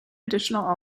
additional